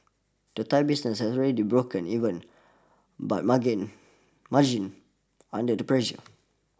the Thai business has already broken even but margins margins under the pressure